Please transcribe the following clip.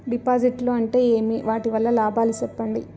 డిపాజిట్లు అంటే ఏమి? వాటి వల్ల లాభాలు సెప్పండి?